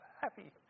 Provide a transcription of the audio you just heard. happy